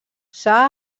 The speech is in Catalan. s’ha